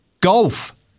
golf